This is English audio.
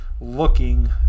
looking